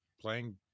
playing